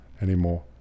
anymore